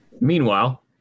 Meanwhile